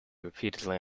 repeatedly